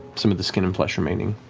some of the skin and flesh remaining.